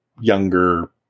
younger